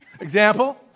example